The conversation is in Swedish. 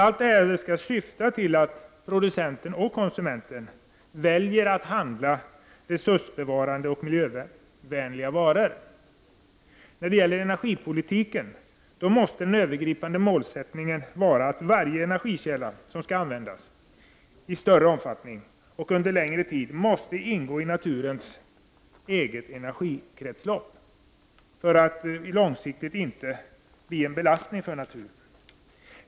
Allt detta syftar till att producenten och konsumenten väljer att handla resursbevarande och miljövänliga varor. Den övergripande målsättningen för energipolitiken måste vara att varje energikälla som skall användas i större omfattning och under längre tid måste ingå i naturens energikretslopp för att inte långsiktigt bli en belastning för naturen.